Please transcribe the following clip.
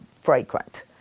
fragrant